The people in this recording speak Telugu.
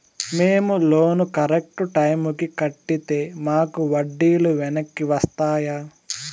మేము లోను కరెక్టు టైముకి కట్టితే మాకు వడ్డీ లు వెనక్కి వస్తాయా?